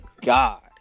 God